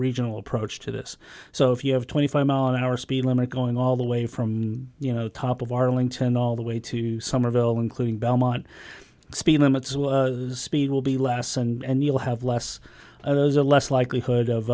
regional approach to this so if you have twenty five mile an hour speed limit going all the way from you know top of arlington all the way to somerville including belmont speed limits speed will be less and you'll have less others or less likelihood of